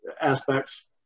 aspects